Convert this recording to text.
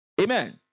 Amen